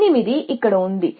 8 ఇక్కడ ఉంది